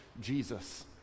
Jesus